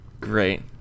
great